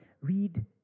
read